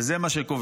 וזה מה שקובע.